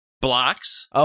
blocks